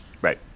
Right